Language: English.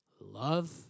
love